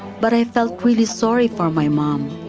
but i felt really sorry for my mom.